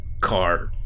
car